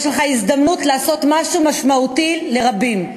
יש לך הזדמנות לעשות משהו משמעותי לרבים,